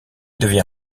devient